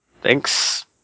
Thanks